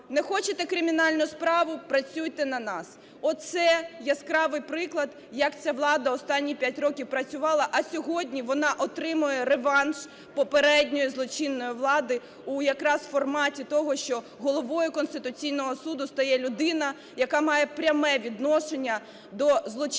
"Не хочете кримінальну справу – працюйте на нас", – оце яскравий приклад, як ця влада останні п'ять років працювала, а сьогодні вона отримує реванш попередньої злочинної влади у якраз форматі того, що Головою Конституційного Суду стає людина, яка має пряме відношення до злочинного